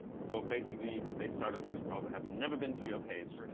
so basically, they start a fresh browser, have never been to your page.